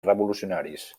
revolucionaris